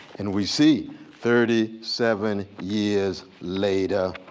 and we see thirty seven years later,